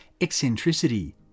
eccentricity